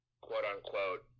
quote-unquote